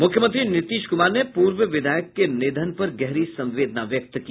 मुख्यमंत्री नीतीश कुमार ने पूर्व विधायक के निधन पर गहरी संवेदना व्यक्त की